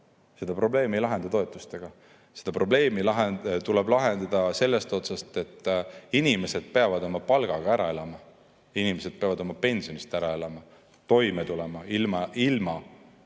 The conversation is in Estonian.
Seda probleemi ei lahenda toetustega. Seda probleemi tuleb lahendada sellest otsast, et inimesed saaksid oma palgaga ära elada. Inimesed peavad saama oma pensionist ära elada, sellega toime